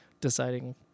deciding